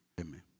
Amen